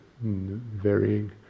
Varying